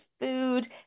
food